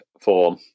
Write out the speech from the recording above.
form